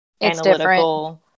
analytical